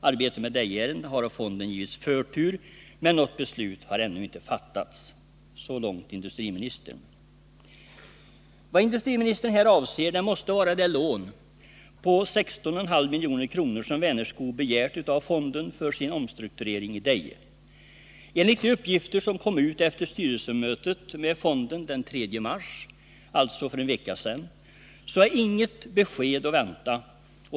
Arbetet med Dejeärendet har av fonden givits förtur, men något beslut har ännu inte fattats.” Så långt industriministern. Vad industriministern här avser måste vara det lån på 16,5 milj.kr. som Vänerskog begärt av fonden för sin omstrukturering i Deje. Enligt de uppgifter som kom ut efter styrelsemötet med fonden den 3 mars — alltså för en vecka sedan — är inget besked att vänta.